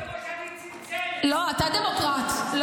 את דמוקרטית